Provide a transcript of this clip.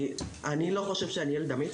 אני לא חושב שאני ילד אמיץ,